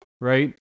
right